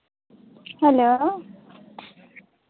hello